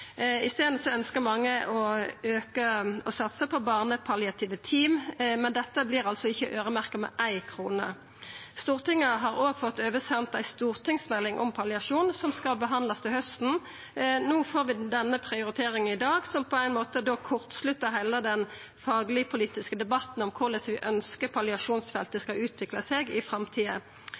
å satsa på barnepalliative team, men dette vert altså ikkje øyremerkt med éi krone. Stortinget har òg fått oversendt ei stortingsmelding om palliasjon som skal behandlast til hausten. No får vi denne prioriteringa i dag, som da på ein måte kortsluttar heile den fagleg-politiske debatten om korleis vi ønskjer at palliasjonsfeltet skal utvikla seg i framtida.